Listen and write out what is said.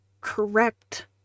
correct